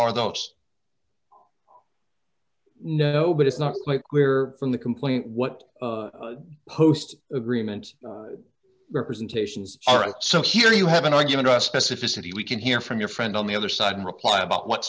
are those no but it's not quite clear from the complaint what post agreement representations are so here you have an argument or a specificity we can hear from your friend on the other side and reply about what